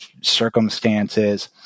circumstances